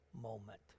moment